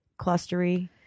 clustery